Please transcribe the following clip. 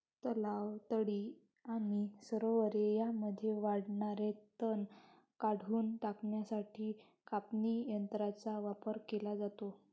तलाव, तळी आणि सरोवरे यांमध्ये वाढणारे तण काढून टाकण्यासाठी कापणी यंत्रांचा वापर केला जातो